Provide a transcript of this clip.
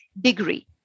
degree